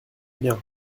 bien